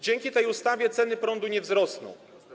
Dzięki tej ustawie ceny prądu nie wzrosną.